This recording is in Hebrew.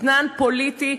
אתנן פוליטי,